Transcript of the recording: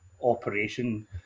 operation